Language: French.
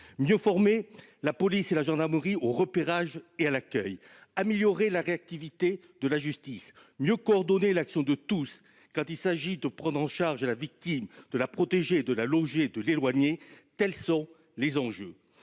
mieux former la police et la gendarmerie au repérage et à l'accueil, améliorer la réactivité de la justice, mieux coordonner l'action de tous quand il s'agit de prendre en charge la victime, de la protéger, de la loger et de l'éloigner : les enjeux